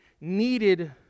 needed